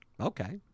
Okay